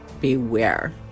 beware